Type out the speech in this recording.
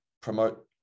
promote